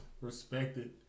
respected